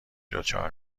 دچار